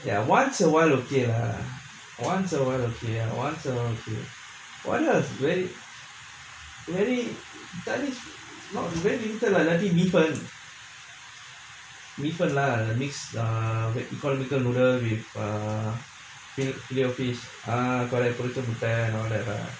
once a while okay lah once a while okay once a while what else very இல்லாட்டி:illaatti mei fun mei fun lah mixed err called noodle with err fish ah correct பொரிச்ச முட்ட:poricha mutta and all that ah